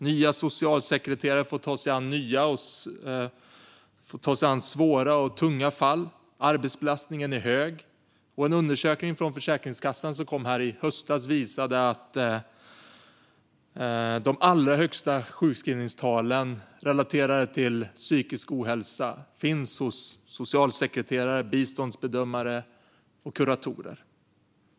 Nya socialsekreterare får ta sig an svåra och tunga fall, arbetsbelastningen är hög och en undersökning från Försäkringskassan som kom i höstas visar att de allra högsta sjukskrivningstalen relaterade till psykisk ohälsa finns hos socialsekreterare, biståndsbedömare och kuratorer.